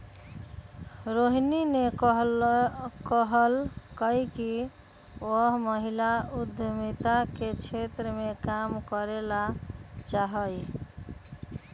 रोहिणी ने कहल कई कि वह महिला उद्यमिता के क्षेत्र में काम करे ला चाहा हई